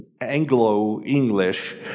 Anglo-English